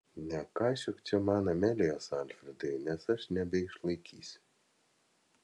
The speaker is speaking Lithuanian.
nekaišiok čia man amelijos alfredai nes aš nebeišlaikysiu